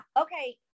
Okay